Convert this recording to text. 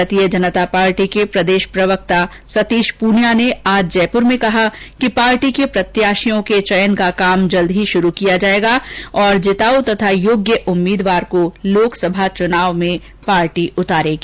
भारतीय जनता पार्टी के प्रदेश प्रवक्ता सतीश प्रनिया ने आज जयपुर में कहा कि पार्टी के प्रत्याशियों का चयन का काम जल्दी शुरू होगा पार्टी जीताऊ और योग्य उम्मीदवारों को लोकसभा चुनाव में उतारेगी